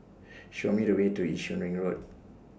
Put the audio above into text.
Show Me The Way to Yishun Ring Road